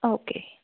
okay